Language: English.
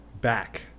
back